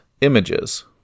images